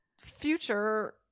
future